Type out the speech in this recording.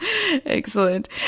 Excellent